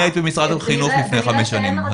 היית במשרד החינוך לפני חמש שנים,